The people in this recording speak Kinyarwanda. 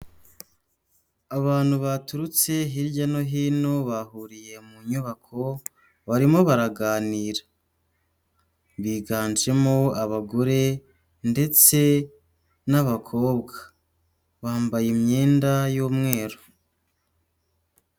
Abantu baturutse hirya no hino, bahuriye mu nyubako, barimo baraganira. Biganjemo abagore ndetse n'abakobwa. Bambaye imyenda y'umweru.